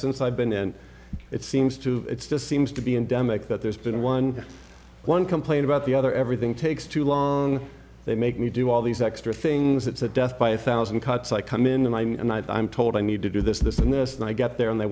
since i've been and it seems to it's just seems to be endemic that there's been one one complain about the other everything takes too long they make me do all these extra things it's a death by a thousand cuts i come in the mine and i'm told i need to do this this and this and i get there and they